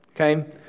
Okay